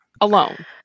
alone